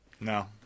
No